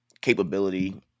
capability